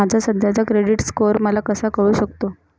माझा सध्याचा credit score मला कसा कळू शकतो?